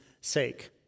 sake